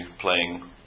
playing